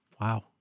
Wow